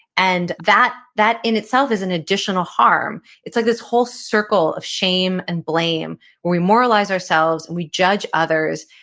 and that that in itself is an additional harm. it's like this whole circle of shame and blame where we moralize ourselves and we judge others.